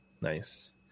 Nice